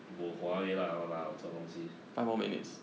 bo hua 而已 lah !walao! 这种东西